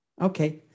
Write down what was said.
Okay